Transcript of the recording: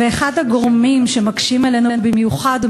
ואחד הגורמים שמקשים עלינו במיוחד הוא